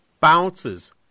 bounces